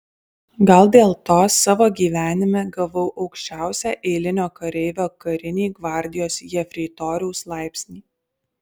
gal dėl to savo gyvenime gavau aukščiausią eilinio kareivio karinį gvardijos jefreitoriaus laipsnį